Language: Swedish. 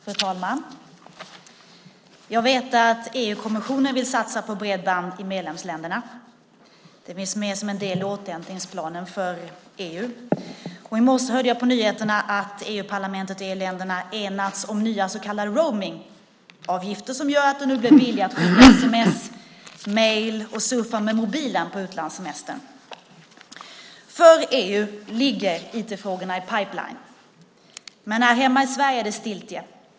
Fru talman! Jag vet att EU-kommissionen vill satsa på bredband i medlemsländerna. Det finns med som en del i återhämtningsplanen för EU. I morse hörde jag på nyheterna att EU-parlamentet och EU-länderna enats om nya så kallade roamingavgifter som gör att det nu blir billigare att skicka sms och mejl och att surfa med mobilen på utlandssemestern. För EU ligger IT-frågorna i pipeline, men här hemma i Sverige är det stiltje.